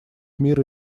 мира